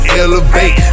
elevate